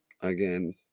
again